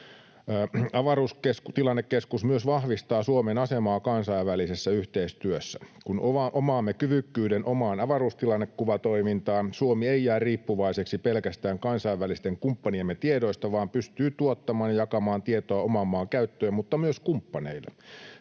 Avaruustilannekeskus myös vahvistaa Suomen asemaa kansainvälisessä yhteistyössä. Kun omaamme kyvykkyyden omaan avaruustilannekuvatoimintaan, Suomi ei jää riippuvaiseksi pelkästään kansainvälisten kumppaniemme tiedoista, vaan pystyy tuottamaan ja jakamaan tietoa oman maan käyttöön mutta myös kumppaneille.